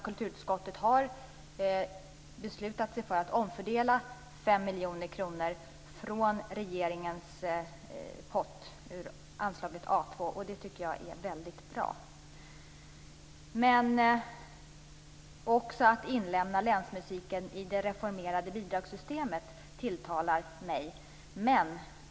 Kulturutskottet har beslutat sig för att omfördela 5 miljoner kronor från regeringens pott ur anslaget A 2, och det tycker jag är väldigt bra. Också att inlemma länsmusiken i det reformerade bidragssystemet tilltalar mig.